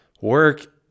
work